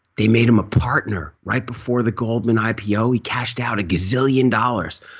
they made him a partner. right before the goldman i p o. he cashed out a gazillion dollars.